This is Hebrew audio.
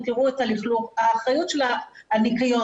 שמאגד את כל הרשויות,